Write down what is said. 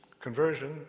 conversion